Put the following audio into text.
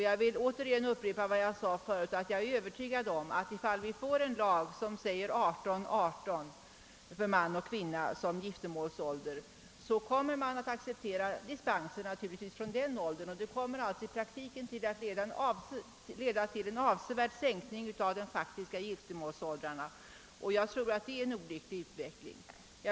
Jag vill upprepa att jag är övertygad om att ifall vi får en lag som stadgar 18—18 för man och kvinna som giftermålsålder, så kommer man naturligtvis att ge dispens med utgångspunkt från den åldern. Det kommer i praktiken att leda till en avsevärd sänkning av de faktiska giftermålsåldrarna, vilket jag tror vore olyckligt.